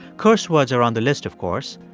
curse words are on the list, of course.